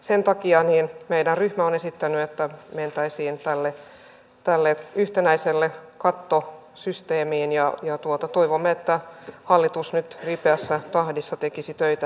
sen takia meidän ryhmämme on esittänyt että mentäisiin yhtenäiseen kattosysteemiin ja toivomme että hallitus nyt ripeässä tahdissa tekisi töitä sen eteen